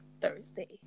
Thursday